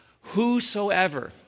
Whosoever